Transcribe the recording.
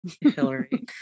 Hillary